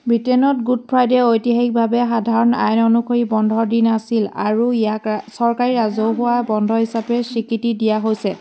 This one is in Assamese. ব্ৰিটেইনত গুড ফ্ৰাইডে' ঐতিহাসিকভাৱে সাধাৰণ আইন অনুসৰি বন্ধৰ দিন আছিল আৰু ইয়াক চৰকাৰী ৰাজহুৱা বন্ধ হিচাপে স্বীকৃতি দিয়া হৈছে